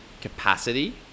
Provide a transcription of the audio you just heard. capacity